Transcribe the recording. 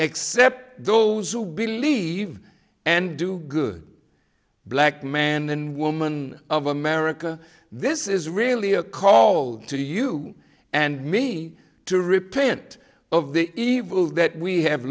except those who believe and do good black man and woman of america this is really a call to you and me to repent of the evil that we have